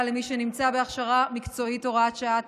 דמי אבטלה למי שנמצא בהכשרה מקצועית) (הוראת שעה),